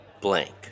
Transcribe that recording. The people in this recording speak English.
Blank